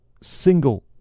single